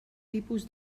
tipus